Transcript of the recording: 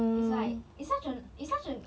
it's like it's such an it's such an